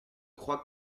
crois